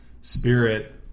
spirit